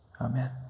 Amen